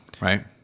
Right